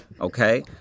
okay